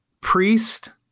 priest